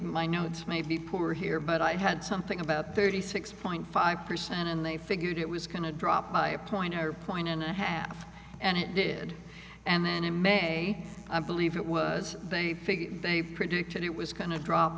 my notes may be poor here but i had something about thirty six point five percent and they figured it was going to drop by a pointer point and a half and it did and then in may i believe it was they figure they predicted it was kind of drop